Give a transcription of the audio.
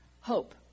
hope